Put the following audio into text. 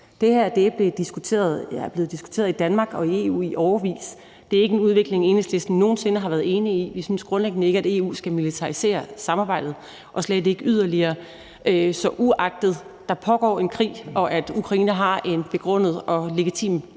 Det her er blevet diskuteret i Danmark og i EU i årevis. Det er ikke en udvikling, Enhedslisten nogen sinde har været enig i. Vi synes grundlæggende ikke, at EU skal militarisere samarbejdet, og slet ikke yderligere, så uagtet at der pågår en krig, at Ukraine har en begrundet og legitim ret til